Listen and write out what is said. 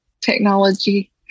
technology